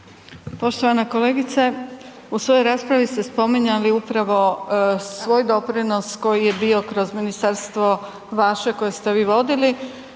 Poštovana kolegice, u svojoj raspravi ste spominjali upravo svoj doprinos koji je bio kroz ministarstvo vaše koje ste vi vodili